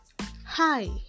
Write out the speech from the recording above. hi